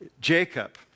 Jacob